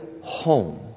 home